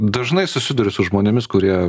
dažnai susiduriu su žmonėmis kurie